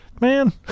Man